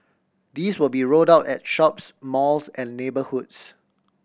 these will be rolled out at shops malls and neighbourhoods